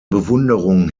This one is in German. bewunderung